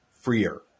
freer